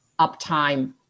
uptime